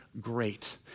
great